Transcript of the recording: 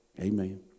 Amen